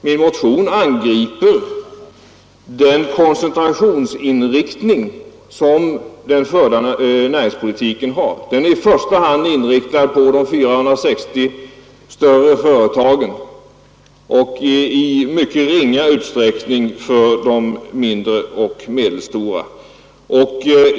Min motion angriper den koncentrationsinriktning som den förda näringspolitiken har, den näringspolitik som i första hand är inriktad på de 460 större företagen och i mycket ringa utsträckning på de mindre och medelstora.